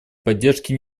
поддержке